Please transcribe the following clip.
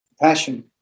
Passion